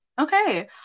Okay